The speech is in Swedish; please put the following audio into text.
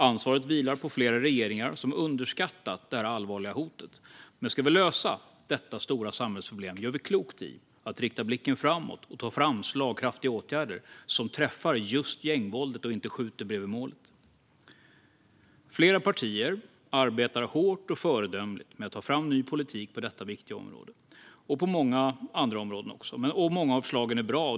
Ansvaret vilar på flera regeringar som har underskattat detta allvarliga hot, men om vi ska lösa detta stora samhällsproblem gör vi klokt i att rikta blicken framåt och ta fram slagkraftiga åtgärder som träffar just gängvåldet och inte skjuter bredvid målet. Flera partier arbetar hårt och föredömligt med att ta fram ny politik på detta viktiga område och många andra områden också, och flera av förslagen är bra.